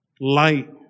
Light